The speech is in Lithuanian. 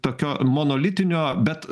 tokio monolitinio bet